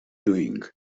doing